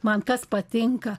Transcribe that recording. man kas patinka